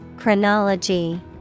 chronology